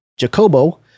Jacobo